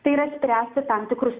tai yra spręsti tam tikrus